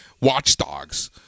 watchdogs